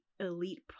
elite